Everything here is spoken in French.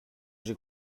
j’ai